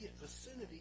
vicinity